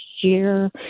year